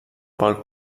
pel